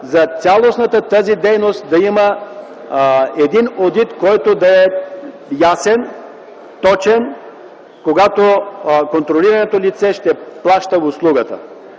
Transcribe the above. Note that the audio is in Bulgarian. за цялостната тази дейност да има одит, който да е ясен, точен, когато контролираното лице ще плаща услугата.